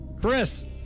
Chris